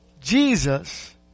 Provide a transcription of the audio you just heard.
Jesus